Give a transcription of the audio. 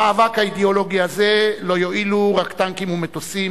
במאבק האידיאולוגי הזה לא יועילו רק טנקים ומטוסים.